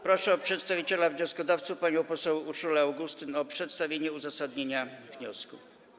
Proszę przedstawiciela wnioskodawców panią poseł Urszulę Augustyn o przedstawienie uzasadnienia wniosku.